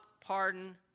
pardon